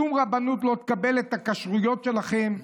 שום רבנות לא תקבל את הכשרויות שלכם.